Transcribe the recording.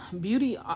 Beauty